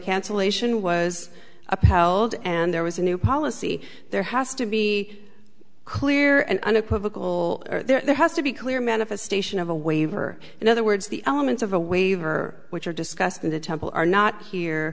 cancellation was upheld and there was a new policy there has to be clear and unequivocal there has to be clear manifestation of a waiver in other words the elements of a waiver which are discussed in the temple are not here